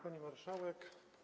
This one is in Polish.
Pani Marszałek!